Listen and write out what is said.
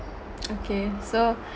okay so